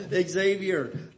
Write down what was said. Xavier